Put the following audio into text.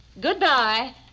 Goodbye